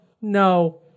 no